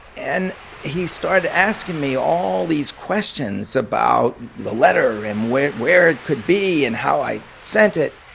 and he started asking me all these questions about the letter, and where where it could be, and how i sent it.